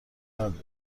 بده